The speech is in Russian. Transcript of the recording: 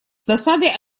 досадой